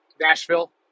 Nashville